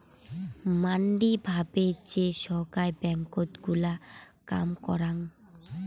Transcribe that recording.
মাঙনি ভাবে যে সোগায় ব্যাঙ্কত গুলা কাম করাং